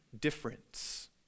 difference